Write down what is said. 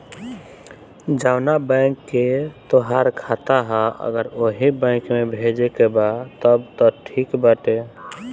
जवना बैंक के तोहार खाता ह अगर ओही बैंक में भेजे के बा तब त ठीक बाटे